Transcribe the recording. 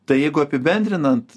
tai jeigu apibendrinant